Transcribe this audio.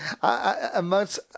amongst